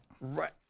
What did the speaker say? Right